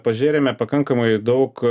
pažėrėme pakankamai daug